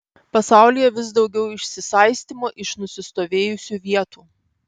pasaulyje vis daugiau išsisaistymo iš nusistovėjusių vietų